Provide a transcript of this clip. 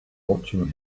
watching